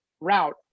route